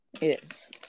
Yes